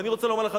אני רוצה לומר לך,